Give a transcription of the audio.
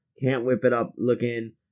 can't-whip-it-up-looking